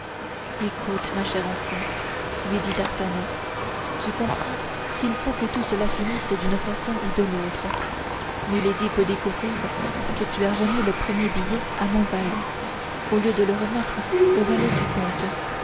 écoute ma chère enfant lui dit d'artagnan tu comprends qu'il faut que tout cela finisse d'une façon ou de l'autre milady peut découvrir que tu as remis le premier billet à mon valet au lieu de le remettre au valet du comte